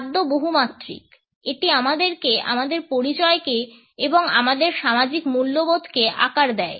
খাদ্য বহুমাত্রিক এটি আমাদেরকে আমাদের পরিচয়কে এবং আমাদের সামাজিক মূল্যবোধকে আকার দেয়